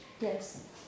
Yes